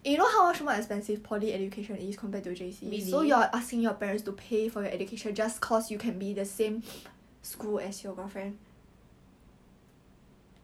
P_A_C_C F_O_M all that is damn wasted right and somemore 你浪费几千块 sia 如果你们分手